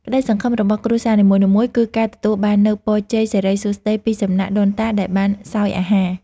ក្តីសង្ឃឹមរបស់គ្រួសារនីមួយៗគឺការទទួលបាននូវពរជ័យសិរីសួស្តីពីសំណាក់ដូនតាដែលបានសោយអាហារ។